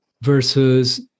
versus